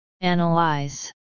Analyze